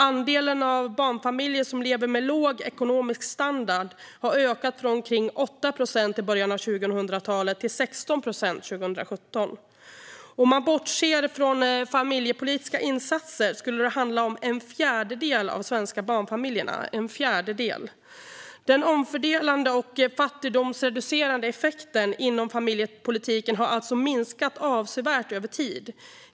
Andelen barnfamiljer som lever med låg ekonomisk standard har ökat från omkring 8 procent i början av 2000-talet till 16 procent 2017. Om man bortser från familjepolitiska insatser skulle det handla om en fjärdedel av de svenska barnfamiljerna - en fjärdedel! Den omfördelande och fattigdomsreducerande effekten inom familjepolitiken har alltså minskat avsevärt över tid.